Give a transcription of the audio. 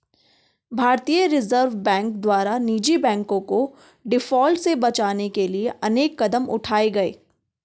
भारतीय reserve bank द्वारा निजी बैंकों को डिफॉल्ट से बचाने के लिए अनेक कदम उठाए गए